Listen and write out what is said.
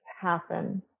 happen